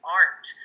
art